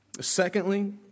secondly